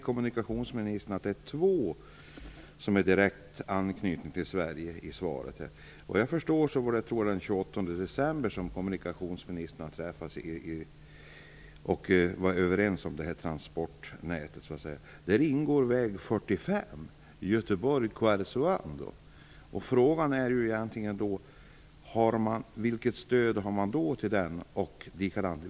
Kommunikationsministern säger i svaret att två av de infrastrukturprojekt EU har prioriterat har direkt anknytning till Sverige. Såvitt jag förstår träffades kommunikationsministrarna den 28 december och kom överens vad gäller transportnätet. Väg 45 mellan Göteborg och Karesuando ingår här. Vilket stöd får man till den vägen?